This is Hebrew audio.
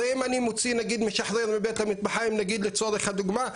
הרי אם אני נגיד משחרר מבית המטבחיים נגיד לצורך הדוגמה,